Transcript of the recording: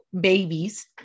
babies